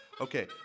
Okay